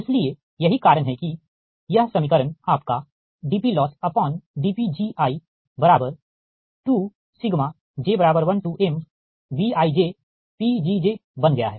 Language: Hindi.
इसलिए यही कारण है कि यह समीकरण आपका dPLossdPgi2j1mBijPgj बन गया है